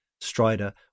Strider